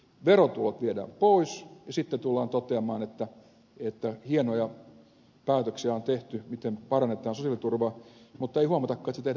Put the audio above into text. verotulot viedään pois ja sitten tullaan toteamaan että hienoja päätöksiä on tehty miten parannetaan sosiaaliturvaa mutta ei huomatakaan että se tehdään kaikki velaksi